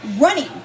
running